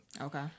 Okay